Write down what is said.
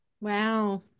Wow